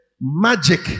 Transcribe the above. Magic